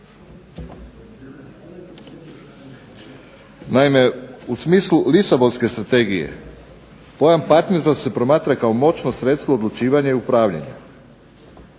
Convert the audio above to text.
Naime, u smislu Lisabonske strategije pojam partnerstva se promatra kao moćno sredstvo odlučivanja i upravljanja.